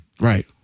right